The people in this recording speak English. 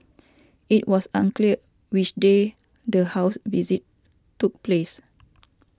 it was unclear which day the house visit took place